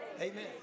Amen